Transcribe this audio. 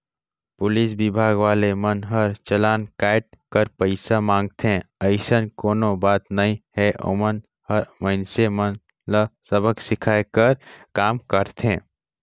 police विभाग वाले मन हर चलान कायट कर पइसा कमाथे अइसन कोनो बात नइ हे ओमन हर मइनसे मन ल सबक सीखये कर काम करथे